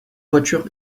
voiture